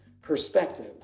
perspective